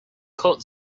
cut